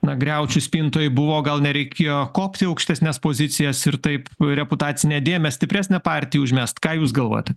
na griaučių spintoj buvo gal nereikėjo kopti į aukštesnes pozicijas ir taip reputacinę dėmę stipresnę partijai užmest ką jūs galvojat